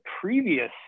previous